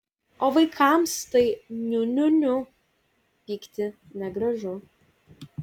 o vaikams tai niu niu niu pykti negražu